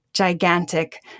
gigantic